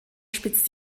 spitzt